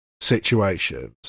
situations